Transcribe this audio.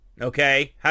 Okay